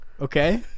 okay